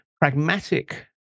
pragmatic